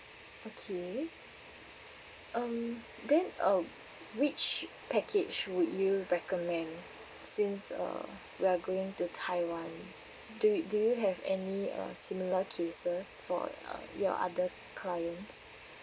okay um then uh which package would you recommend since uh we are going to taiwan do do you have any uh similar cases for uh your other clients